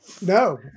no